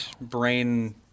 brain